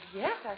yes